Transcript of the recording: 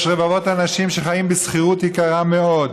יש רבבות אנשים שחיים בשכירות יקרה מאוד.